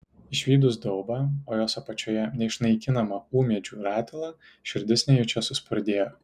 išvydus daubą o jos apačioje neišnaikinamą ūmėdžių ratilą širdis nejučia suspurdėjo